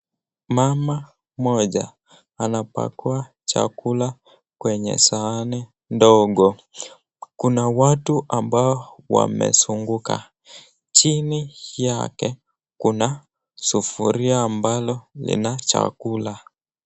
Mama mmoja anapakua chakula kwenye sahani ndogo. Kuna watu ambao wamezunguka. Chini yake kuna sufuria ambalo lina chakula.